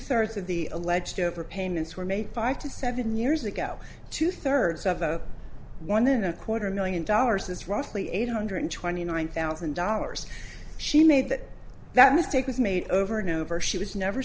thirds of the alleged over payments were made five to seven years ago two thirds of the one in a quarter million dollars is roughly eight hundred twenty nine thousand dollars she made that that mistake was made over and over she was never